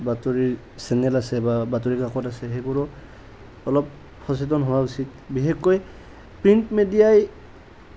বাতৰি চেনেল আছে বাতৰি কাক্ত আছে সেইবোৰ অলপ সচেতন হোৱা উচিত বিশেষকৈ প্ৰিণ্ট মিডিয়াই